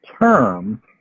term